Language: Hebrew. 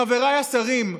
חבריי השרים,